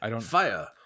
Fire